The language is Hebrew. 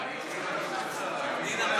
אין שרה.